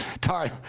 time